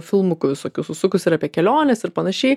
filmukų visokių susukus ir apie keliones ir panašiai